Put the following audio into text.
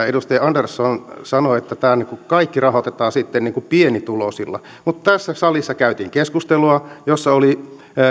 edustaja andersson väitti että tämä kaikki rahoitetaan sitten pienituloisilla mutta tässä salissa käytiin keskustelua